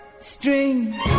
String